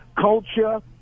culture